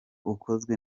ukozwe